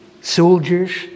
Soldiers